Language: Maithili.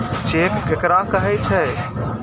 चेक केकरा कहै छै?